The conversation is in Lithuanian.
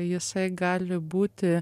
jisai gali būti